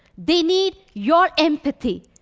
they need your empathy.